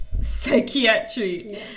psychiatry